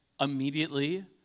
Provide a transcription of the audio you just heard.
immediately